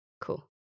Cool